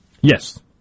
Yes